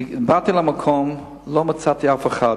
באתי למקום, לא מצאתי אף אחד.